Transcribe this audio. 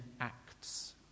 acts